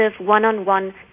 one-on-one